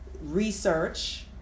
research